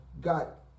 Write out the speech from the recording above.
got